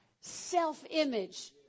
self-image